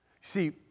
See